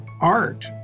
art